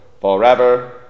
forever